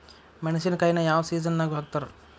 ಮೆಣಸಿನಕಾಯಿನ ಯಾವ ಸೇಸನ್ ನಾಗ್ ಹಾಕ್ತಾರ?